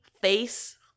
face